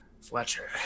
fletcher